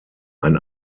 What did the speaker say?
ein